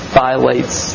violates